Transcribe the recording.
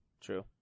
true